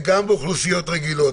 וגם אוכלוסיות רגילות,